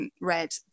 read